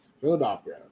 Philadelphia